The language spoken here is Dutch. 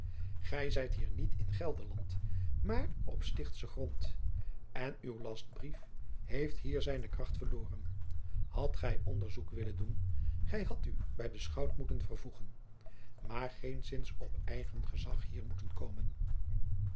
gij zijt hier niet in gelderland maar op stichtschen grond en uw lastbrief heeft hier zijne kracht verloren hadt gij onderzoek willen doen gij hadt u bij den schout moeten vervoegen maar geenszins op eigen gezag hier moeten komen